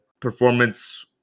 Performance